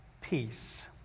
peace